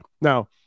Now